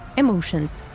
emotions,